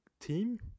team